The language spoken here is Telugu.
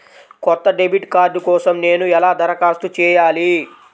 కొత్త డెబిట్ కార్డ్ కోసం నేను ఎలా దరఖాస్తు చేయాలి?